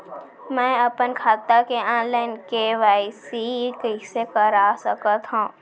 मैं अपन खाता के ऑनलाइन के.वाई.सी कइसे करा सकत हव?